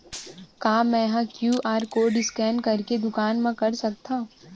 का मैं ह क्यू.आर कोड स्कैन करके दुकान मा कर सकथव?